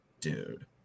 dude